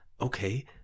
okay